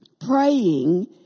Praying